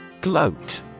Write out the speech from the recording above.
Gloat